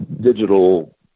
digital